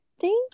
Thank